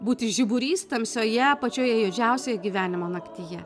būti žiburys tamsioje pačioje juodžiausioje gyvenimo naktyje